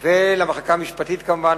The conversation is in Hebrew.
ולמחלקה המשפטית כמובן,